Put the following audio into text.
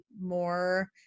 more